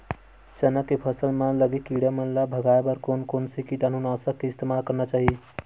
चना के फसल म लगे किड़ा मन ला भगाये बर कोन कोन से कीटानु नाशक के इस्तेमाल करना चाहि?